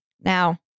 Now